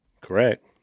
Correct